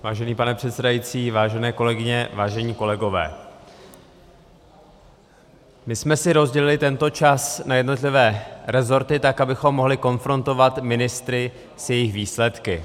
Vážený pane předsedající, vážené kolegyně, vážení kolegové, my jsme si rozdělili tento čas na jednotlivé resorty tak, abychom mohli konfrontovat ministry s jejich výsledky.